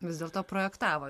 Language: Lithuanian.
vis dėlto projektavo